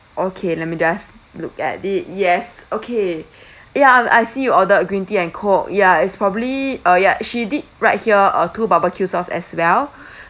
okay let me just look at it yes okay ya I'm I see you ordered green tea and coke ya it's probably uh ya she did write here uh two barbecue sauce as well